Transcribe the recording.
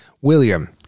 William